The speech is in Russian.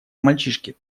мальчишке